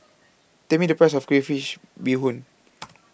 Tell Me The Price of Crayfish Beehoon